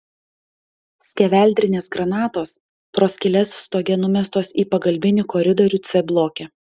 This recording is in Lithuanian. skeveldrinės granatos pro skyles stoge numestos į pagalbinį koridorių c bloke